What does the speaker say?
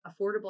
affordable